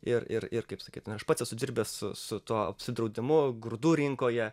ir ir ir kaip sakyt na aš pats esu dirbęs su su tuo apsidraudimu grūdų rinkoje